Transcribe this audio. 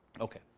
Okay